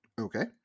Okay